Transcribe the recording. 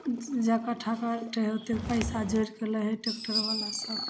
ज जै कट्ठा कटै हइ ओतेक पइसा जोड़िकऽ लै हइ ट्रैक्टरवलासब